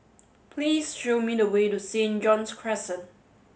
please show me the way to Saint John's Crescent